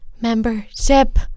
membership